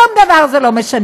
שום דבר זה לא משנה.